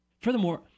Furthermore